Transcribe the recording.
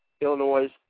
Illinois